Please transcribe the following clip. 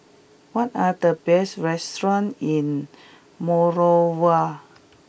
what are the best restaurants in Monrovia